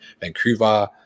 Vancouver